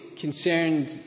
concerned